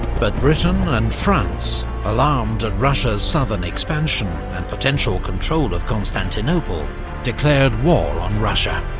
but britain and france alarmed at russia's southern expansion, and potential control of constantinople declared war on russia.